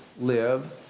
live